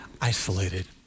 isolated